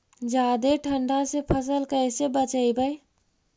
जादे ठंडा से फसल कैसे बचइबै?